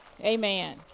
Amen